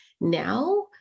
Now